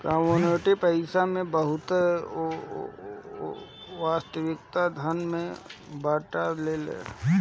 commodity पईसा वस्तु के वास्तविक धन के बतावेला